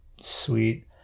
Sweet